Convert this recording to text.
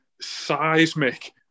seismic